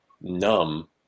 numb